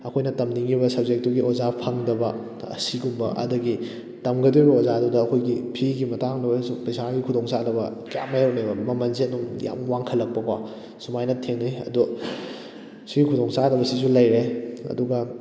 ꯑꯩꯈꯣꯏꯅ ꯇꯝꯅꯤꯡꯉꯤꯕ ꯁꯕꯖꯦꯛꯇꯨꯒꯤ ꯑꯣꯖꯥ ꯐꯪꯗꯕ ꯑꯁꯤꯒꯨꯝꯕ ꯑꯗꯒꯤ ꯇꯝꯒꯗꯧꯔꯤꯕ ꯑꯣꯖꯥꯗꯨꯗ ꯑꯩꯈꯣꯏꯒꯤ ꯐꯤꯒꯤ ꯃꯇꯥꯡꯗ ꯑꯣꯏꯔꯁꯨ ꯄꯩꯁꯥꯒꯤ ꯈꯨꯗꯣꯡꯆꯥꯗꯕ ꯀꯌꯥ ꯃꯥꯌꯣꯛꯅꯩꯌꯦꯕ ꯃꯃꯜꯁꯦ ꯑꯗꯨꯝ ꯌꯥꯝ ꯋꯥꯡꯈꯠꯂꯛꯄꯀꯣ ꯁꯨꯃꯥꯏꯅ ꯊꯦꯡꯅꯩ ꯑꯗꯣ ꯁꯤꯒꯤ ꯈꯨꯗꯣꯡꯆꯥꯗꯕꯁꯤꯁꯨ ꯂꯩꯔꯦ ꯑꯗꯨꯒ